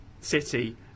city